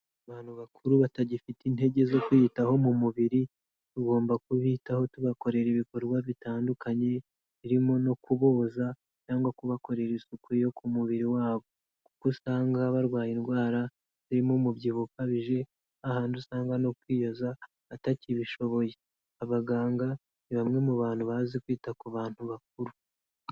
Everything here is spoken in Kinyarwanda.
Abantu bakuru batagifite intege zo kwiyitaho mu mubiri, tugomba kubitaho, tubakorera ibikorwa bitandukanye, birimo no kuboza cyangwa kubakorera isuku yo ku mubiri wabo. Kuko usanga barwaye indwara zirimo umubyibuho ukabije, hahandi usanga no kwiyoza batakibishoboye. Abaganga ni bamwe mu bantu bazi kwita ku bantu bakuru.